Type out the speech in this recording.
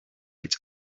its